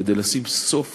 כדי לשים סוף